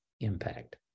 impact